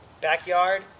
Backyard